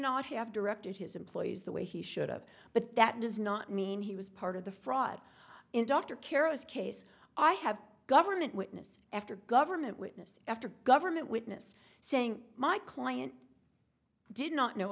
not have directed his employees the way he should have but that does not mean he was part of the fraud in dr keros case i have government witness after government witness after government witness saying my client did not know